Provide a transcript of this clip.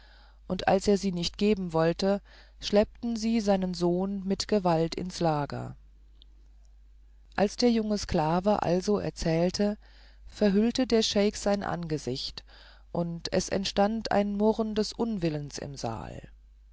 und als er sie nicht geben wollte schleppten sie seinen sohn mit gewalt ins lager als der junge sklave also erzählte verhüllte der scheik sein angesicht und es entstand ein murren des unwillens im saal